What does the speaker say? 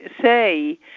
say